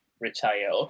Retire